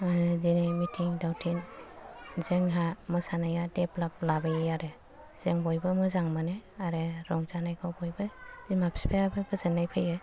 दिनै मिथिं दावथिं जोंहा मोसानाया देभलफ लाबोयो आरो जों बयबो मोजां मोनो आरो रंजानाय खौ बयबो बिमा बिफाया बो गोजोननाय फैयो